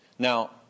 Now